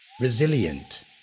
Resilient